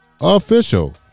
official